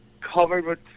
covered